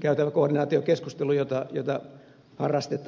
käytävä koordinaatiokeskustelu jota harrastetaan